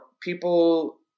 people